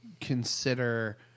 consider